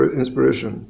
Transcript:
inspiration